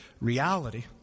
reality